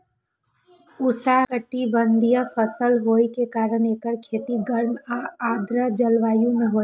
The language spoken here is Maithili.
उष्णकटिबंधीय फसल होइ के कारण एकर खेती गर्म आ आर्द्र जलवायु मे होइ छै